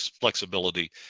flexibility